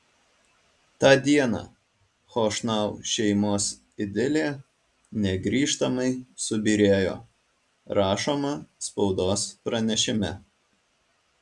tą dieną chošnau šeimos idilė negrįžtamai subyrėjo rašoma spaudos pranešime